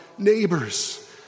neighbors